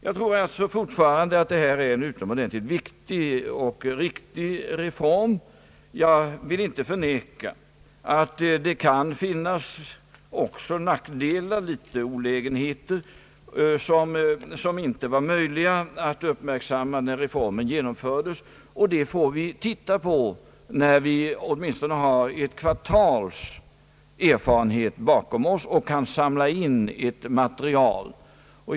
Jag tror alltså fortfarande att detta är en utomordentligt viktig och riktig reform, Jag vill dock inte förneka att det också kan finnas nackdelar och olägenheter, som inte var möjliga att uppmärksamma när reformen genomfördes. Dem får vi se på när vi har åtminstone ett kvartals erfarenhet bakom oss och kan samla in ett material.